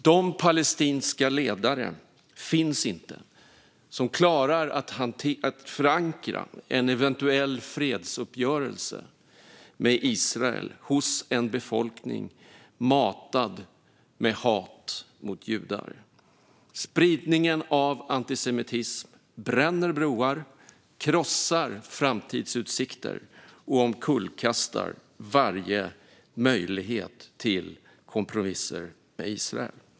De palestinska ledare finns inte som klarar att förankra en eventuell fredsuppgörelse med Israel hos en befolkning matad med hat mot judar. Spridningen av antisemitism bränner broar, krossar framtidsutsikter och omkullkastar varje möjlighet till kompromisser med Israel.